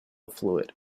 fluid